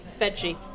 Veggie